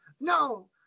no